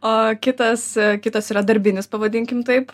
o kitas kitas yra darbinis pavadinkim taip